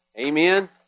Amen